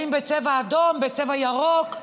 האם בצבע אדום, בצבע ירוק?